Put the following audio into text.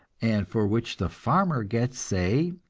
and for which the farmer gets, say,